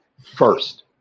first